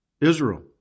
Israel